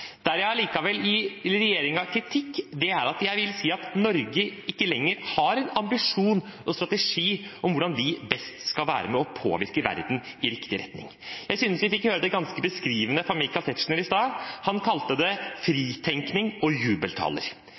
jeg allikevel vil gi regjeringen kritikk for, er at Norge ikke lenger har en ambisjon og strategi for hvordan vi best kan være med og påvirke verden i riktig retning. Jeg synes vi fikk høre det ganske beskrivende fra Michael Tetzschner i stad. Han kalte det fritenkning og jubeltaler.